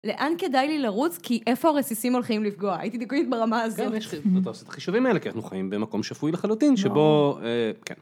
לאן כדאי לי לרוץ? כי איפה רסיסים הולכים לפגוע? הייתי דיגונית ברמה הזאת. כן, יש חישובים. חישובים האלה, כי אנחנו חיים במקום שפוי לחלוטין, שבו... כן.